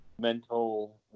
mental